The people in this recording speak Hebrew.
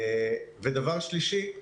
דבר שלישי,